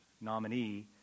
nominee